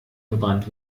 verbrannt